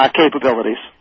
capabilities